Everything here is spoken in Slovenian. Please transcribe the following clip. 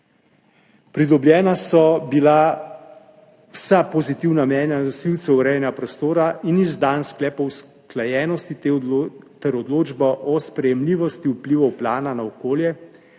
Pridobljena so bila vsa pozitivna mnenja nosilcev urejanja prostora in izdan sklep o usklajenosti ter odločba o sprejemljivosti vplivov plana na okolje.